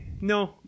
No